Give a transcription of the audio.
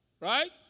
Right